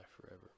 forever